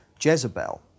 Jezebel